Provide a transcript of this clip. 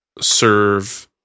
serve